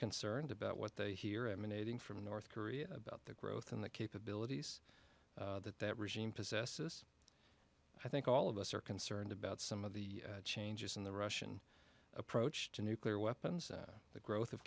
concerned about what they hear emanating from north korea about the growth and the capabilities that that regime possesses i think all of us are concerned about some of the changes in the russian approach to nuclear weapons the growth of